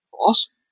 Awesome